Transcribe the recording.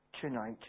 tonight